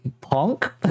Punk